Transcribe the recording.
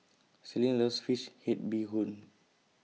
Celestine loves Fish Head Bee Hoon